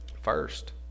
first